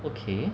okay